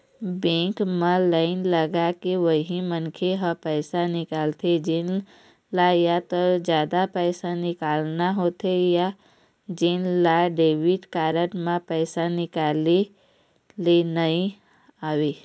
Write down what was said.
bank म line लगाके उही मनखे ह पइसा निकालथे जेन ल या तो जादा पइसा निकालना होथे या जेन ल डेबिट कारड म पइसा निकाले ल नइ आवय